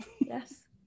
Yes